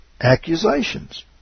accusations